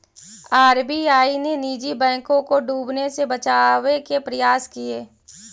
RBI ने निजी बैंकों को डूबने से बचावे के प्रयास किए